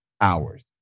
hours